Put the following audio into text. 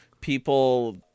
people